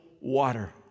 water